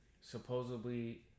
Supposedly